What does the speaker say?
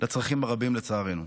לצרכים הרבים, לצערנו.